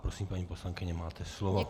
Prosím, paní poslankyně, máte slovo.